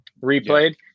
replayed